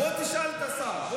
בוא תשאל את השר.